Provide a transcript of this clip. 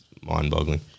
mind-boggling